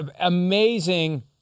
Amazing